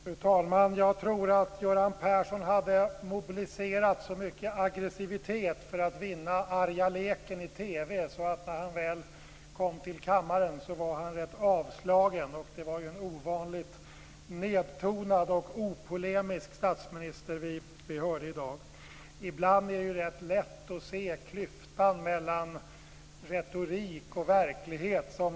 Fru talman! Jag tror att Göran Persson hade mobiliserat så mycket aggressivitet för att vinna arga leken i TV att han när han väl kom till kammaren var rätt avslagen. Det var en ovanligt nedtonad och opolemisk statsminister vi hörde i dag. Ibland är det rätt lätt att se klyftan mellan retorik och verklighet.